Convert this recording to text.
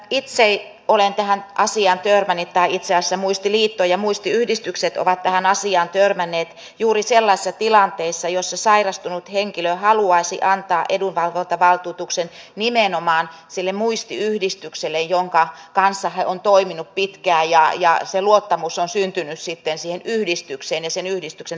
itse olen tähän asiaan törmännyt tai itse asiassa muistiliitto ja muistiyhdistykset ovat tähän asiaan törmänneet juuri sellaisessa tilanteessa jossa sairastunut henkilö haluaisi antaa edunvalvontavaltuutuksen nimenomaan sille muistiyhdistykselle jonka kanssa hän on toiminut pitkään ja se luottamus on syntynyt sitten siihen yhdistykseen ja sen yhdistyksen toimintaan